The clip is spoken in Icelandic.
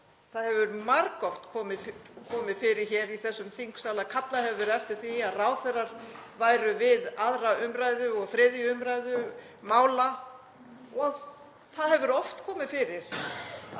það hefur margoft komið fyrir hér í þessum þingsal að kallað hefur verið eftir því að ráðherrar væru við 2. umræðu og 3. umræðu mála og það hefur oft komið fyrir